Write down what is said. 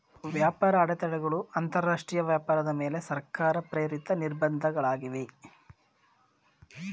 ವ್ಯಾಪಾರ ಅಡೆತಡೆಗಳು ಅಂತರಾಷ್ಟ್ರೀಯ ವ್ಯಾಪಾರದ ಮೇಲೆ ಸರ್ಕಾರ ಪ್ರೇರಿತ ನಿರ್ಬಂಧ ಗಳಾಗಿವೆ